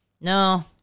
No